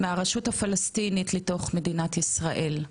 הפלסטינית לתוך מדינת ישראל?